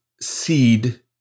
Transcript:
seed